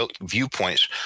viewpoints